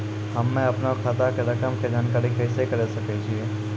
हम्मे अपनो खाता के रकम के जानकारी कैसे करे सकय छियै?